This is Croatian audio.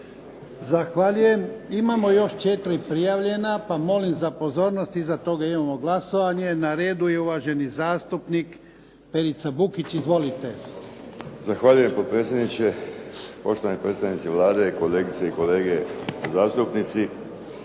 Zahvaljujem. Imamo još 4 prijavljena, pa molimo za pozornost. Iza toga imamo glasovanje. Na redu je uvaženi zastupnik Perica Bukić. Izvolite. **Bukić, Perica (HDZ)** Zahvaljujem potpredsjedniče. Poštovani predstavnici Vlade, kolegice i kolege zastupnici.